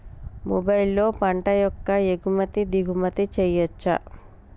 మొబైల్లో పంట యొక్క ఎగుమతి దిగుమతి చెయ్యచ్చా?